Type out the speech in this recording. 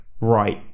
Right